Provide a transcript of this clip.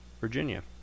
Virginia